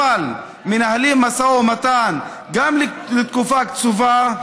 אבל מנהלים משא ומתן לתקופה קצובה,